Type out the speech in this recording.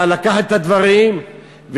לקחת את הדברים בפרופורציה,